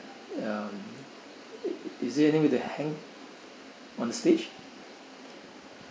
um is there anything to hang on the stage